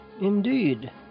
Indeed